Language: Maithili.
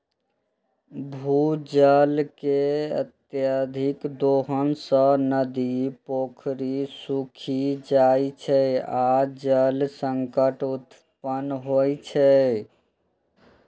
भूजल के अत्यधिक दोहन सं नदी, पोखरि सूखि जाइ छै आ जल संकट उत्पन्न होइ छै